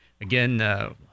again